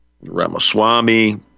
Ramaswamy